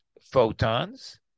photons